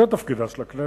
זה תפקידה של הכנסת,